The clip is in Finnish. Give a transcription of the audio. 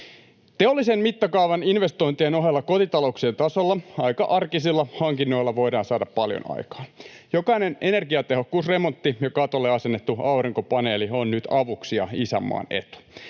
Teollisen mittakaavan investointien ohella kotitalouksien tasolla aika arkisilla hankinnoilla voidaan saada paljon aikaan. Jokainen energiatehokkuusremontti ja katolle asennettu aurinkopaneeli on nyt avuksi ja isänmaan etu.